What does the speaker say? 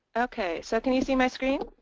ok. so can you see my screen?